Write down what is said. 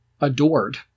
adored